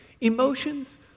Emotions